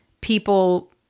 people